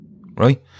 right